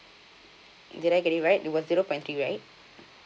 did I get it right it was zero point three right